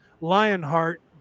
Lionheart